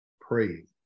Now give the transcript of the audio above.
praying